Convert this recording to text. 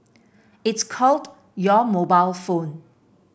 it's called your mobile phone